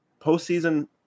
postseason